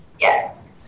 Yes